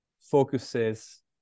focuses